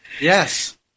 Yes